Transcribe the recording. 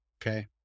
Okay